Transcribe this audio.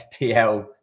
FPL